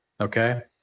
Okay